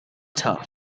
tough